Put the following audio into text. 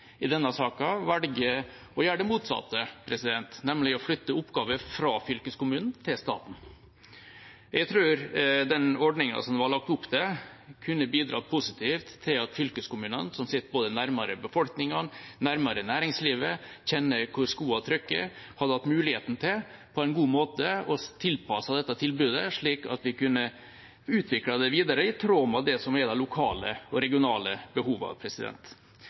i denne saken å gjøre det motsatte, nemlig å flytte oppgaver fra fylkeskommunen til staten. Jeg tror den ordningen det var lagt opp til, kunne bidratt positivt til at fylkeskommunene som sitter både nærmere befolkningen, nærmere næringslivet og kjenner hvor skoen trykker, hadde hatt muligheten til på en god måte å tilpasse dette tilbudet slik at vi kunne utviklet det videre i tråd med det som er de lokale og regionale